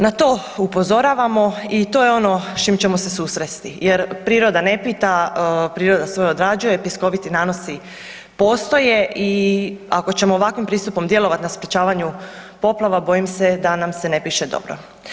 Na to upozoravamo i to je ono s čim ćemo se susresti jer priroda ne pita, priroda svoje odrađuje, pjeskoviti nanosi postoje i ako ćemo ovakvim pristupom djelovati na sprječavanju poplava bojim se da nam se ne piše dobro.